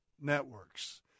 networks